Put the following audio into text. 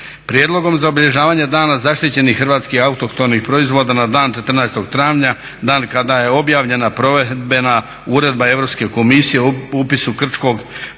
Prijedlogom za obilježavanje Dana zaštićenih hrvatskih autohtonih proizvoda na dan 14. travnja, dan kada je objavljena provedbena uredba Europske komisije o upisu krčkog pršuta